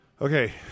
Okay